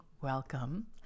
Welcome